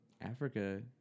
Africa